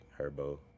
Herbo